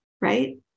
right